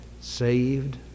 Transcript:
Saved